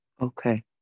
Okay